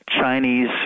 Chinese